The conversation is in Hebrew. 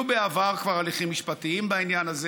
כבר היו בעבר הליכים משפטיים בעניין הזה.